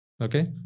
okay